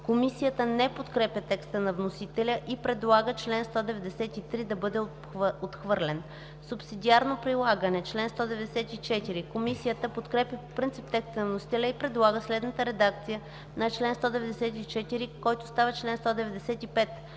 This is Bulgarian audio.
Комисията не подкрепя текста на вносителя и предлага чл. 193 да бъде отхвърлен. „Субсидиарно прилагане” – чл. 194. Комисията подкрепя по принцип текста на вносителя и предлага следната редакция на чл. 194, който става чл. 195: